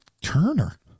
Turner